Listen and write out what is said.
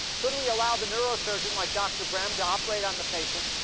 could we allow the neurosurgeon, like dr. brem, to operate on the patient,